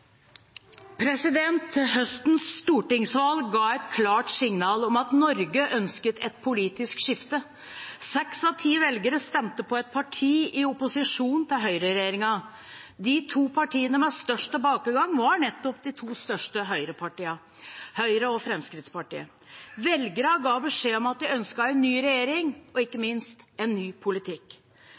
Høstens stortingsvalg ga et klart signal om at Norge ønsket et politisk skifte. Seks av ti velgere stemte på et parti i opposisjon til høyreregjeringen. De to partiene med størst tilbakegang var nettopp de to største høyrepartiene, Høyre og Fremskrittspartiet. Velgerne ga beskjed om at de ønsket en ny regjering og ikke minst en ny politikk.